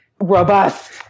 robust